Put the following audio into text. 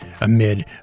amid